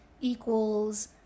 equals